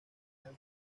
alta